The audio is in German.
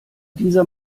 dieser